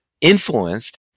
influenced